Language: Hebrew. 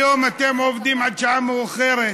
היום אתם עובדים עד שעה מאוחרת,